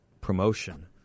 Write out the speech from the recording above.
promotion